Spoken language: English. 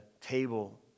table